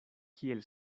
kiel